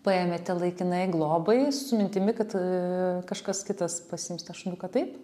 paėmėte laikinai globai su mintimi kad kažkas kitas pasiims tą šuniuką taip